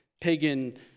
pagan